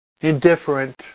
indifferent